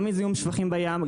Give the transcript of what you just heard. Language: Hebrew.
גם מזיהום שפכים בים,